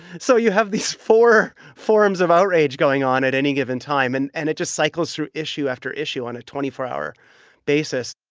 so you have these four forms of outrage going on at any given time, and and it just cycles through issue after issue on a twenty four hour basis